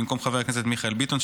במקום חבר הכנסת מיכאל ביטון,